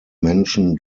menschen